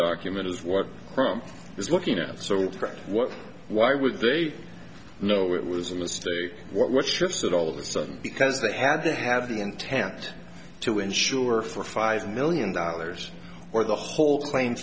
document is what from is looking at so what why would they know it was a mistake what shifted all of a sudden because they had to have the untapped to insure for five million dollars or the whole plane